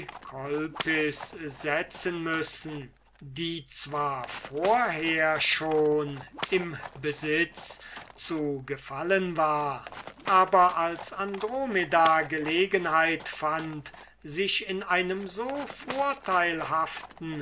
setzen müssen die zwar ohnehin schon im besitz zu gefallen war aber in der rolle der andromeda gelegenheit fand sich in einem so vorteilhaften